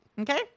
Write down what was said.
Okay